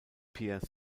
pierre